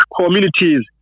communities